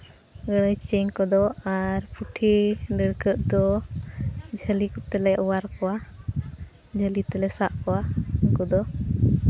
ᱜᱟᱹᱲᱟᱹᱭ ᱪᱮᱝ ᱠᱚᱫᱚ ᱟᱨ ᱯᱩᱸᱴᱷᱤ ᱰᱟᱹᱲᱠᱟᱹᱜ ᱫᱚ ᱡᱷᱟᱹᱞᱤ ᱠᱚᱛᱮ ᱞᱮ ᱚᱣᱟᱨ ᱠᱚᱣᱟ ᱡᱷᱟᱹᱞᱤ ᱛᱮᱞᱮ ᱥᱟᱵ ᱠᱚᱣᱟ ᱦᱟᱹᱠᱩ ᱫᱚ